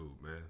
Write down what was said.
man